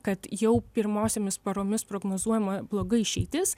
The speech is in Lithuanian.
kad jau pirmosiomis paromis prognozuojama bloga išeitis